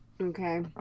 Okay